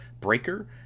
Breaker